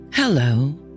Hello